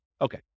Okay